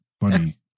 funny